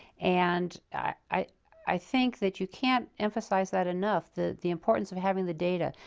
and i i think that you can't emphasize that enough the the importance of having the data,